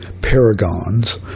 paragons